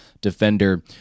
defender